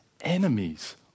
enemies